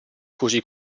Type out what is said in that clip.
così